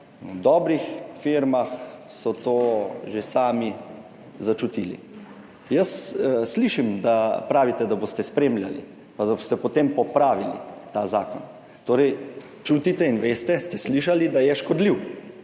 V dobrih firmah so to že sami začutili. Jaz slišim, da pravite, da boste spremljali in da boste potem popravili ta zakon. Torej, čutite in veste, slišali ste, da je škodljiv.